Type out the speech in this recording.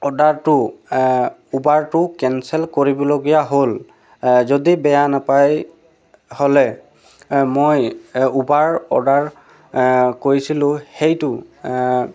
অৰ্ডাৰটো উবাৰটো কেঞ্চেল কৰিবলগীয়া হ'ল যদি বেয়া নাপাই হ'লে মই উবাৰ অৰ্ডাৰ কৰিছিলো সেইটো